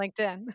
LinkedIn